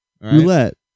Roulette